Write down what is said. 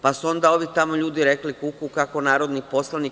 Pa, su onda ovi tamo ljudi rekli – kuku, kako narodni poslanik.